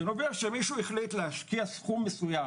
זה נובע שמישהו החליט להשקיע סכום מסוים